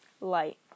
Light